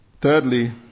Thirdly